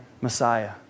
Messiah